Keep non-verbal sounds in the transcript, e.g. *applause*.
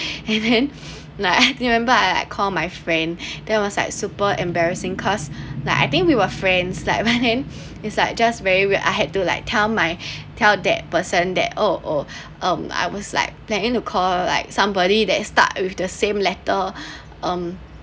and then *laughs* like remembered I like call my friend then I was like super embarrassing cause like I think we were friends like but then is like just very weird I had to like tell my tell that person that oh oh um I was like planning to call like somebody that start with the same letter um